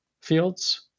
fields